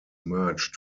merge